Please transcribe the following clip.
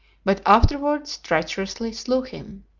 but afterwards treacherously slew him.